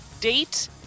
date